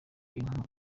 inkunga